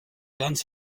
ganz